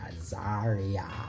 Azaria